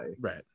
right